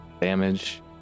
damage